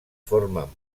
formen